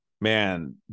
Man